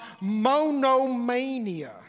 monomania